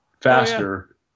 faster